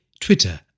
Twitter